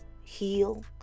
heal